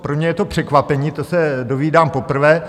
Pro mě je to překvapení, to se dozvídám poprvé.